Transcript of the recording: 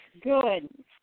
Good